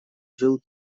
жил